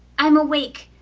i'm awake.